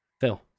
Phil